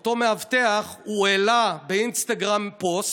אותו מאבטח, הוא העלה באינסטגרם פוסט,